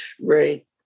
Right